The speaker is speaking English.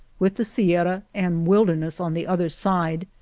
with the sierra and wilder ness on the other side,